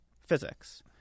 physics